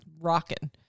rocking